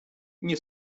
nie